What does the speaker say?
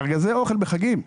לארגזי אוכל בחגים,